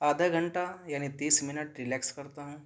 آدھا گھنٹہ یعنی تیس منٹ رلیکس کرتا ہوں